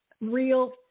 real